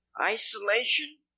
isolation